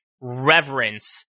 reverence